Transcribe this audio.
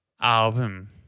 album